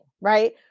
right